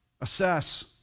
assess